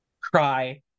Cry